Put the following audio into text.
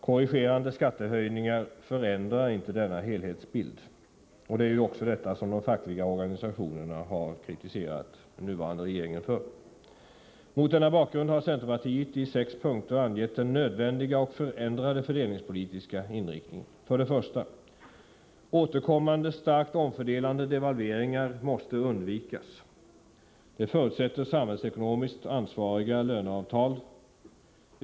Korrigerande skattehöjningar förändrar inte denna helhetsbild. Det är också detta som de fackliga organisationerna har kritiserat den nuvarande regeringen för. Mot denna bakgrund har centerpartiet i sex punkter angett den nödvändiga och förändrade fördelningspolitiska inriktningen: 1. Återkommande, starkt omfördelande devalveringar måste undvikas. Det förutsätter samhällsekonomiskt ansvariga löneavtal.